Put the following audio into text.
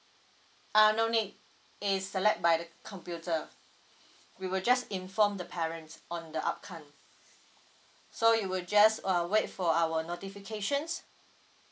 ah no need is select by the computer we will just inform the parents on the outcome so you will just uh wait for our notifications